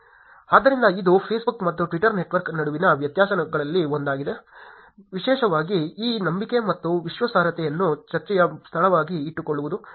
ಆದ್ದರಿಂದ ಇದು ಫೇಸ್ಬುಕ್ ಮತ್ತು ಟ್ವಿಟರ್ ನೆಟ್ವರ್ಕ್ ನಡುವಿನ ವ್ಯತ್ಯಾಸಗಳಲ್ಲಿ ಒಂದಾಗಿದೆ ವಿಶೇಷವಾಗಿ ಈ ನಂಬಿಕೆ ಮತ್ತು ವಿಶ್ವಾಸಾರ್ಹತೆಯನ್ನು ಚರ್ಚೆಯ ಸ್ಥಳವಾಗಿ ಇಟ್ಟುಕೊಳ್ಳುವುದು